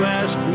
ask